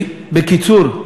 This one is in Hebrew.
בקיצור,